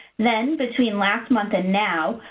then, between last month and now,